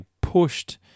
pushed